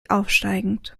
aufsteigend